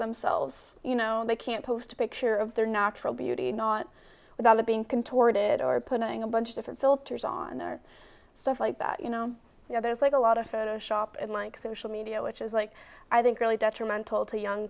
themselves you know they can't post a picture of their natural beauty not without it being contorted or putting a bunch of different filters on their stuff like that you know you know there's like a lot of photoshop and like social media which is like i think really detrimental to young